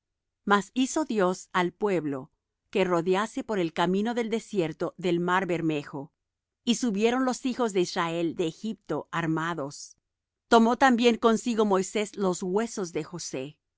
mas hizo dios al pueblo que rodease por el camino del desierto del mar bermejo y subieron los hijos de israel de egipto armados tomó también consigo moisés los huesos de josé